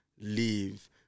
leave